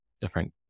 different